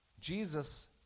Jesus